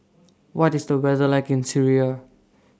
What IS The weather like in Syria